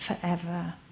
forever